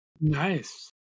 Nice